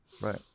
Right